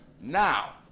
now